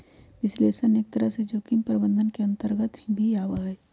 विश्लेषण एक तरह से जोखिम प्रबंधन के अन्तर्गत भी आवा हई